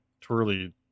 twirly